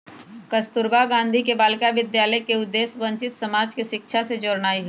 कस्तूरबा गांधी बालिका विद्यालय के उद्देश्य वंचित समाज के शिक्षा से जोड़नाइ हइ